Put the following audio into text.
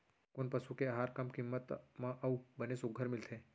कोन पसु के आहार कम किम्मत म अऊ बने सुघ्घर मिलथे?